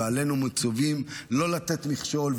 ואנחנו מצווים לא לתת מכשול,